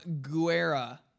Guerra